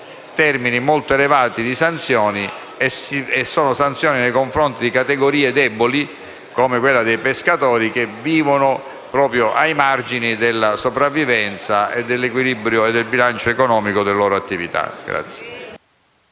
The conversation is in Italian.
termini molto elevati di sanzioni, peraltro nei confronti di categorie deboli, come quella dei pescatori, che vivono proprio ai margini della sopravvivenza e dell’equilibrio del bilancio economico delle loro attività.